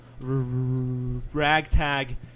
ragtag